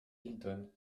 hilton